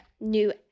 new